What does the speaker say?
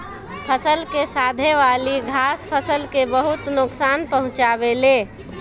फसल के साथे वाली घास फसल के बहुत नोकसान पहुंचावे ले